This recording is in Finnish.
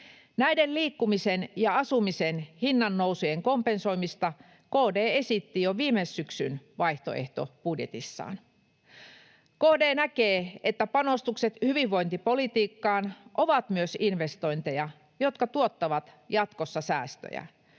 Näiden liikkumisen ja asumisen hinnannousujen kompensoimista KD esitti jo viime syksyn vaihtoehtobudjetissaan. KD näkee, että panostukset hyvinvointipolitiikkaan ovat myös investointeja, jotka tuottavat jatkossa säästöjä.